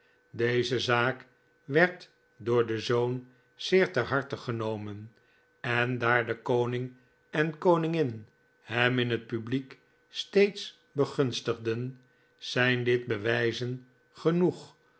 deze zaak werd door den zoon zeer ter harte genomen en daar de koning en koningin hem in het publiek steeds begunstigden zijn dit bewijzen genoeg